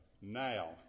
now